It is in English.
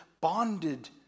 bonded